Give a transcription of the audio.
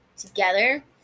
together